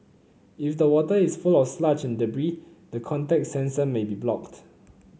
if the water is full of sludge and debris the contact sensor may be blocked